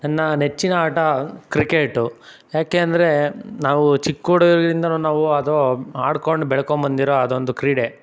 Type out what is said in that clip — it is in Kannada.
ನನ್ನ ನೆಚ್ಚಿನ ಆಟ ಕ್ರಿಕೇಟು ಯಾಕೆಂದರೆ ನಾವು ಚಿಕ್ಕ ಹುಡುಗರಿಂದನೂ ನಾವು ಅದು ಆಡ್ಕೊಂಡು ಬೆಳ್ಕೊಂಡ್ಬಂದಿರೋ ಅದೊಂದು ಕ್ರೀಡೆ